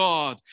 God